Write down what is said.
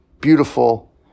beautiful